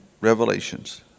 revelations